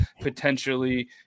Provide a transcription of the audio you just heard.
potentially